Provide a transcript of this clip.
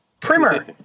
primer